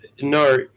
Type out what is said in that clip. No